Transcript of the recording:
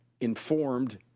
informed